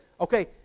okay